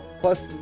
Plus